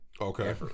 Okay